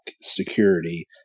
security